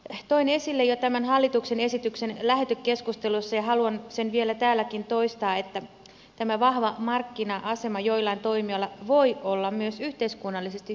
toin esille jo tämän hallituksen esityksen lähetekeskusteluissa ja haluan sen vielä täälläkin toistaa että tämä vahva markkina asema joillain toimijoilla voi olla myös yhteiskunnallisesti hyödyllinen asia